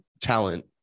talent